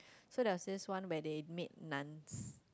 so there was this one where they made naans